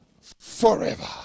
forever